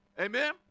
Amen